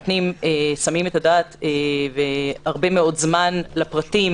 ושמים את הדעת הרבה מאוד זמן לפרטים